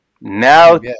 Now